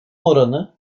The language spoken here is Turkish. oranı